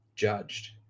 judged